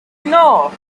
know